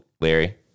Larry